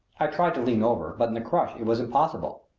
i tried to lean over, but in the crush it was impossible.